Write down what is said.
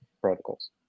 protocols